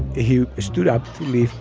who stood up to leave.